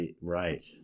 right